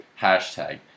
hashtag